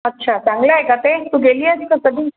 अच्छा चांगलं आहे का ते तू गेली आहेस का कधी